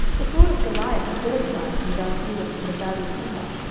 the sword of goliath the philistine, whom thou slewest in the valley of elah,